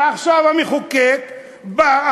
ועכשיו המחוקק בא,